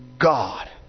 God